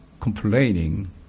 complaining